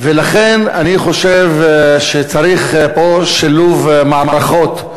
לכן אני חושב שצריך פה שילוב מערכות.